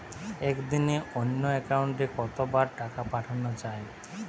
একদিনে অন্য একাউন্টে কত বার টাকা পাঠানো য়ায়?